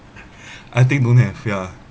I think don't have ya